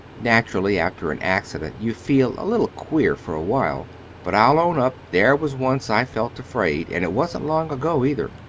naturally, after an accident you feel a little queer for a while but i'll own up there was once i felt afraid, and it wasn't long ago, either.